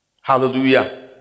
Hallelujah